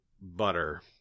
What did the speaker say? butter